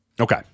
Okay